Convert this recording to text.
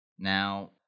Now